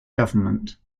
government